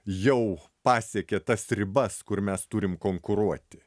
jau pasiekė tas ribas kur mes turim konkuruoti